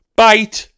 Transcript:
bite